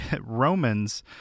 romans